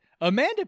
Amanda